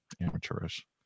amateurish